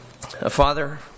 Father